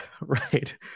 right